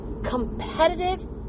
competitive